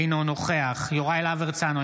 אינו נוכח יוראי להב הרצנו,